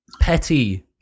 petty